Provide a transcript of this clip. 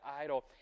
idol